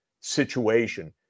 situation